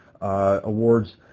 awards